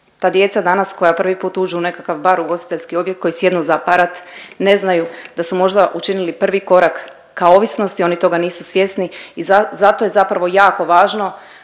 ta djeca danas koja prvi put uđu u nekakav bar, ugostiteljski objekt, koji sjednu za aparat, ne znaju da su možda učinili prvi korak ka ovisnosti, oni toga nisu svjesni i zato je zapravo jako važno